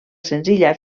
senzilla